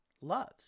loves